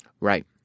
Right